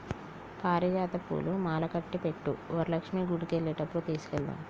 పారిజాత పూలు మాలకట్టి పెట్టు వరలక్ష్మి గుడికెళ్లేటప్పుడు తీసుకెళదాము